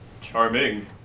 charming